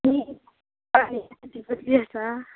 आनी भाजी कसली आसा